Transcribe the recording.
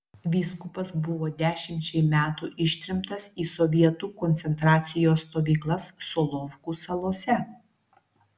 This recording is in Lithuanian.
vyskupas buvo dešimčiai metų ištremtas į sovietų koncentracijos stovyklas solovkų salose